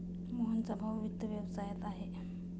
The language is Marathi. मोहनचा भाऊ वित्त व्यवसायात आहे